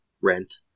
rent